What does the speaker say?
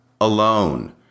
alone